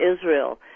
Israel